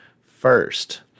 first